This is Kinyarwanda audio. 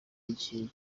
igihe